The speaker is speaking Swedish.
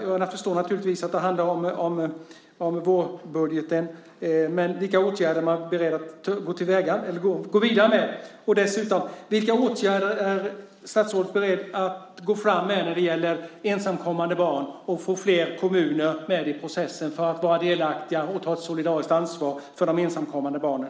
Jag förstår naturligtvis att det handlar om vårbudgeten, men vilka åtgärder är man beredd att gå vidare med? Dessutom: Vilka åtgärder är statsrådet beredd att gå fram med när det gäller ensamkommande barn och att få flera kommuner med i processen för att vara delaktiga och ta ett solidariskt ansvar för de ensamkommande barnen?